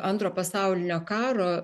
antro pasaulinio karo